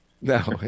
no